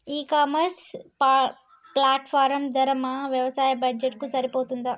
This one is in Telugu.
ఈ ఇ కామర్స్ ప్లాట్ఫారం ధర మా వ్యవసాయ బడ్జెట్ కు సరిపోతుందా?